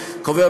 קובע,